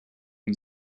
die